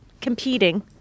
competing